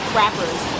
rappers